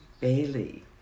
Bailey